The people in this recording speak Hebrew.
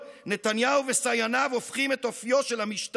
ראש הממשלה נתניהו יצר את הקורונה,